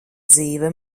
dzīve